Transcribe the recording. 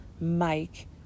Mike